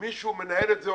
מישהו מנהל את זה.